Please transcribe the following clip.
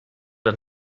ein